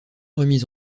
remis